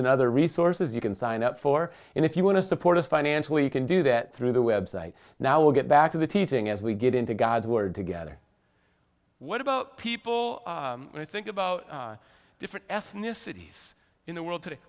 and other resources you can sign up for and if you want to support us financially you can do that through the web site now we'll get back to the teaching as we get into god's word together what about people and i think about different ethnicities in the world today